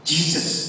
Jesus